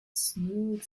smooth